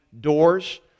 doors